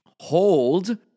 hold